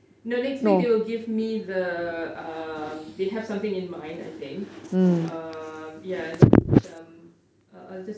no next week they will give me the um they have something in mind I think uh ya and then macam I'll just